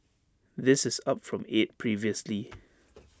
this is up from eight previously